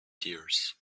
tears